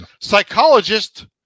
Psychologist